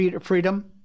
freedom